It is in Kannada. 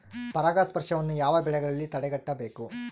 ಪರಾಗಸ್ಪರ್ಶವನ್ನು ಯಾವ ಬೆಳೆಗಳಲ್ಲಿ ತಡೆಗಟ್ಟಬೇಕು?